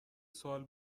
سوال